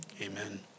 Amen